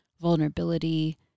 vulnerability